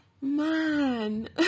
Man